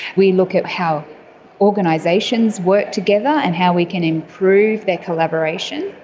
we look at how organisations work together and how we can improve their collaboration.